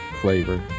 flavor